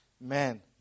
man